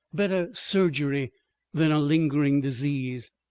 better surgery than a lingering disease!